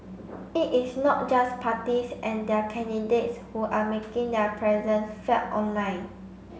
it is not just parties and their candidates who are making their presence felt online